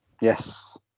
Yes